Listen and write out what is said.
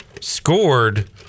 scored